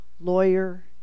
lawyer